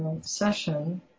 session